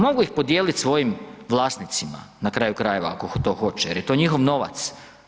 Mogu ih podijeliti svojim vlasnicima na kraju krajeva, ako to hoće jer je to njihov novac.